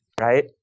Right